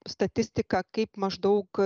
statistiką kaip maždaug